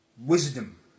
wisdom